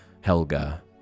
Helga